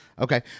Okay